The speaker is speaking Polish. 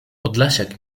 podlasiak